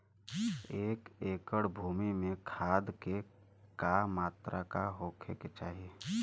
एक एकड़ भूमि में खाद के का मात्रा का होखे के चाही?